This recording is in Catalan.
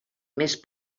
més